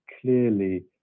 Clearly